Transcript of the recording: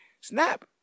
snap